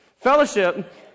Fellowship